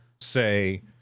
say